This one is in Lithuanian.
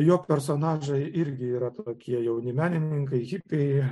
jo personažai irgi yra tokie jauni menininkai hipiai